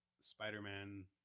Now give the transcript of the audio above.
Spider-Man